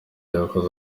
yakoze